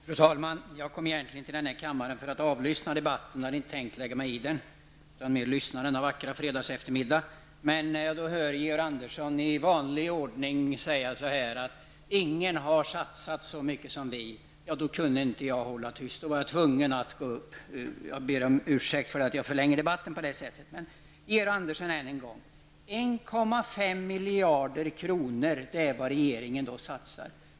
Fru talman! Jag kom egentligen till den här kammaren för att avlyssna debatten. Jag hade -- denna vackra fredagseftermiddag -- egentligen inte tänkt lägga mig i debatten, utan bara lyssna. Men när jag hör Georg Andersson i vanlig ordning säga att ''ingen har satsat så mycket som vi'' kunde jag inte hålla mig tyst. Då var jag tvungen att gå upp. Jag ber om ursäkt för att jag på det sättet förlänger debatten. Regeringen satsar, Georg Andersson, en och en halv miljarder kronor.